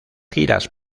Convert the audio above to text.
giras